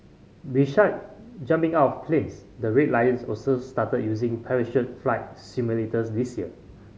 besides jumping out of planes the Red Lions also started using parachute flight simulators this year